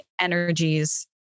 energies